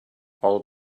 all